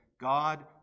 God